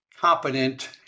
competent